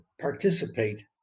participate